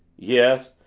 yes,